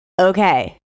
Okay